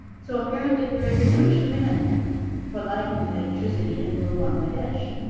so apparently there is a huge demand for light and electricity in rural bangladesh.